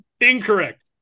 Incorrect